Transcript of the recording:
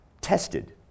tested